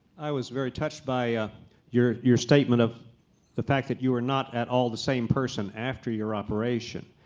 i was very touched by ah your your statement of the fact that you were not at all the same person after your operation,